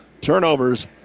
Turnovers